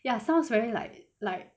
ya sounds very like like